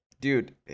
dude